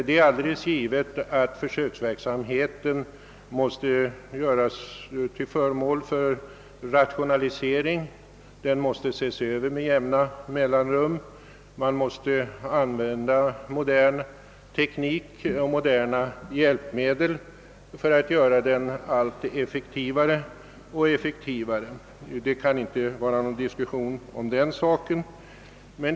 Det är alldeles givet att försöksverksamheten görs till föremål för rationalisering. Den måste ses över med jämna mellanrum. Man måste använda modern teknik och moderna hjälpmedel för att göra den alltmera effektiv; det kan inte vara någon diskussion om den saken.